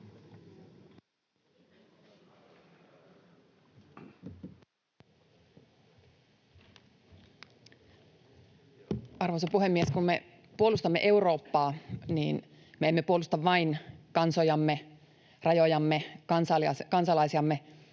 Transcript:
Arvoisa puhemies! Kun me puolustamme Eurooppaa, niin me emme puolusta vain kansojamme, rajojamme, kansalaisiamme,